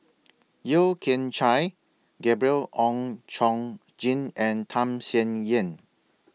Yeo Kian Chai Gabriel Oon Chong Jin and Tham Sien Yen